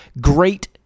great